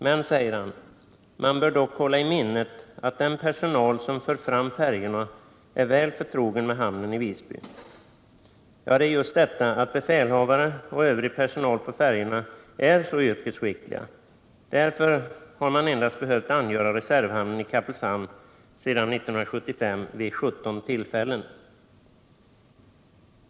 Men han säger: ”Man bör dock hålla i minnet att den personal som för fram färjorna är väl förtrogen med hamnen i Visby.” Ja, det gäller just att befälhavare och övrig personal på färjorna är så yrkesskickliga. Därför har man behövt angöra reservhamnen i Kappelshamn endast vid 17 tillfällen sedan 1975.